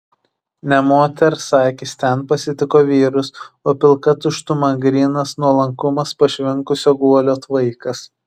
ne moters akys ten pasitiko vyrus o pilka tuštuma grynas nuolankumas pašvinkusio guolio tvaikas